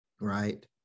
Right